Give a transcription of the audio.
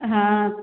हाँ